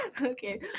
Okay